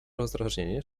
rozdrażnienie